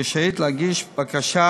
רשאית להגיש בקשה